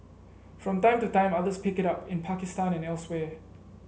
from time to time others pick it up in Pakistan and elsewhere